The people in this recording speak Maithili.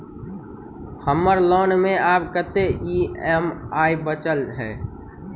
हम्मर लोन मे आब कैत ई.एम.आई बचल ह?